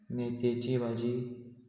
मेतयेची भाजी